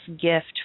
gift